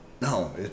No